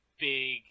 big